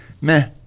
meh